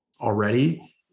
already